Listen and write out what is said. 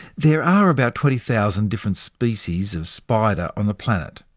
there are about twenty thousand different species of spider on the planet,